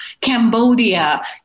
Cambodia